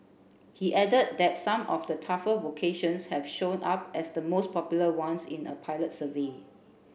he added that some of the tougher vocations have shown up as the most popular ones in a pilot survey